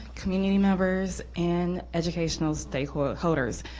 community members, and educational stakeholders.